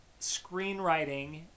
screenwriting